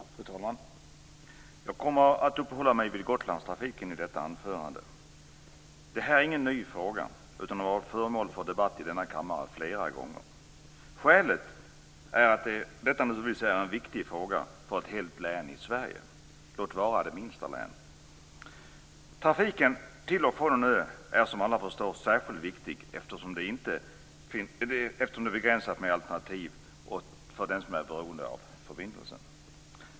Fru talman! Jag kommer att uppehålla mig vid Gotlandstrafiken i detta anförande. Det är ingen ny fråga, utan denna fråga har varit föremål för debatt i denna kammare flera gånger. Skälet till detta är naturligtvis att det är en viktig fråga för ett helt län i Sverige, låt vara det minsta länet. Trafiken till och från en ö är som alla förstår särskilt viktig, eftersom det finns begränsat med alternativ för den som är beroende av förbindelsen.